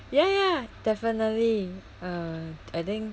ya ya definitely uh I think